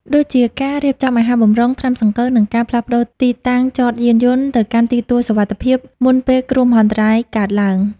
ដូចជាការរៀបចំអាហារបម្រុង ថ្នាំសង្កូវ និងការផ្លាស់ប្តូរទីតាំងចតយានយន្តទៅកាន់ទីទួលសុវត្ថិភាព មុនពេលគ្រោះមហន្តរាយកើតឡើង។